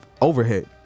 overhead